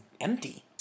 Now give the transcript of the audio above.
empty